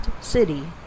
city